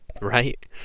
Right